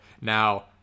Now